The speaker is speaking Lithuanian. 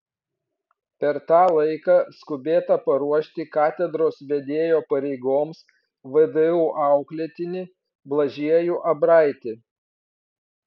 per tą laiką skubėta paruošti katedros vedėjo pareigoms vdu auklėtinį blažiejų abraitį